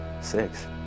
six